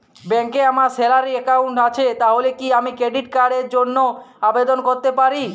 ব্যাংকে আমার salary account আছে তাহলে কি আমি ক্রেডিট কার্ড র জন্য আবেদন করতে পারি?